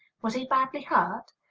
was he badly hurt?